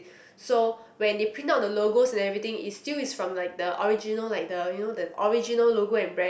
so when they print out the logos and everything it's still is from like the original like the you know the original logo and brand